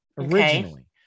originally